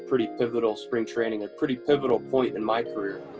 pretty pivotal spring training, a pretty pivotal point in my career.